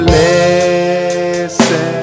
listen